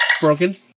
Broken